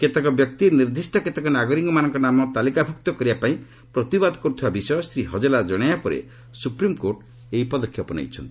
କେତେକ ବ୍ୟକ୍ତି ନିର୍ଦ୍ଧିଷ୍ଟ କେତେକ ନାଗରିକମାନଙ୍କ ନାମ ତାଲିକାଭୁକ୍ତ କରିବା ପାଇଁ ପ୍ରତିବାଦ କରୁଥିବା ବିଷୟ ଶ୍ରୀ ହଜେଲା ଜଣାଇବା ପରେ ସୁପ୍ରିମକୋର୍ଟ ଏହି ପଦକ୍ଷେପ ନେଇଛନ୍ତି